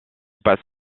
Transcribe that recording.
passe